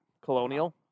Colonial